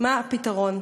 מה הפתרון?